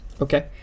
Okay